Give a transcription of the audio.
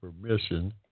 permission